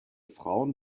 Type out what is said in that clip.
frauen